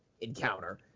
encounter